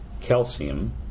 calcium